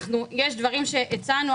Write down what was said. יש דברים שהצענו,